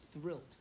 thrilled